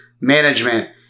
management